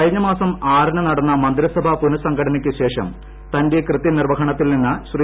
കഴിഞ്ഞ മാസം ആറിന് നടന്ന മ്യ്ത്ത്യീസ്ഭാ പുനഃസംഘടനയ്ക്ക് ശേഷം തന്റെ കൃത്യനിർവ്വഹണ്ണത്തിൽ നിന്ന് ശ്രീ